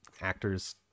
actors